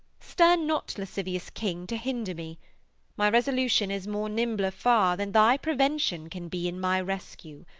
stir not, lascivious king, to hinder me my resolution is more nimbler far, than thy prevention can be in my rescue,